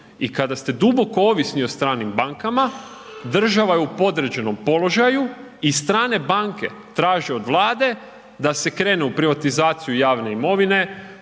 i kada ste duboko ovisni o stranim bankama, država je u podređenom položaju i strane banke traže od Vlade da se krene u privatizaciju javne imovine,